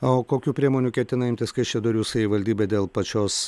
o kokių priemonių ketina imtis kaišiadorių savivaldybė dėl pačios